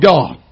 God